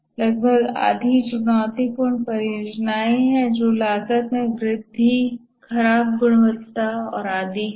और लगभग आधी चुनौतीपूर्ण परियोजनाएं हैं जो लागत में वृद्धि खराब गुणवत्ता और आदि हैं